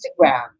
Instagram